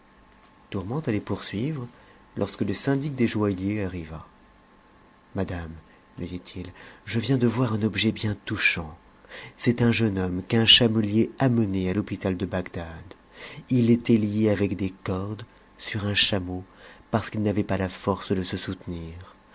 tourmente allait poursuivre lorsque le syndic des joailliers arriva madame lui dit-il je viens de voir un objet bien touchant c'est un jeune homme qu'un chamctier amenait à l'hôpital de bagdad il était lié avec des cordes sur un chameau parce qu'il n'avait pas la ibrcc de se soutenir